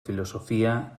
filosofía